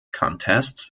contests